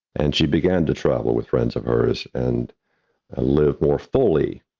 and she began to travel with friends of hers and live more fully.